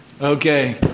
Okay